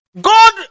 God